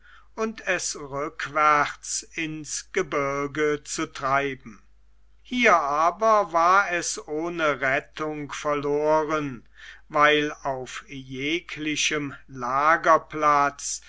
und es rückwärts ins gebirge zu treiben hier aber war es ohne rettung verloren weil auf jeglichem lagerplatz